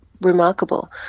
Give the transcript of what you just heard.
remarkable